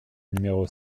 numéro